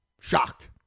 Shocked